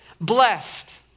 blessed